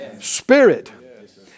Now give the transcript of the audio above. Spirit